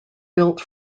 built